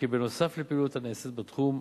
כי בנוסף לפעילות הנעשית בתחום,